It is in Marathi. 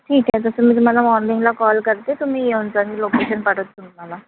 ठीक आहे तसं मी तुम्हाला मॉर्निंगला कॉल करते तुम्ही येऊन जान मी लोकेशन पाठवते तुम्हाला